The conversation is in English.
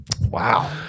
Wow